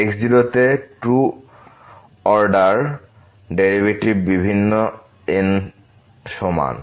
x0 তে 2 order derivative বিভিন্ন n সমান